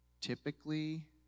typically